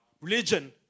Religion